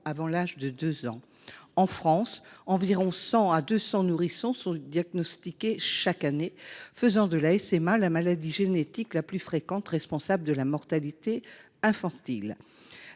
avant l’âge de deux ans. En France, quelque 100 à 200 nourrissons sont diagnostiqués chaque année, ce qui fait de la SMA la maladie génétique la plus fréquente responsable de la mortalité infantile.